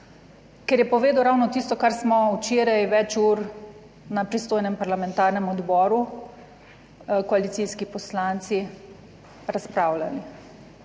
ker je povedal ravno tisto, kar smo včeraj več ur na pristojnem parlamentarnem odboru koalicijski poslanci razpravljali.